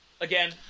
again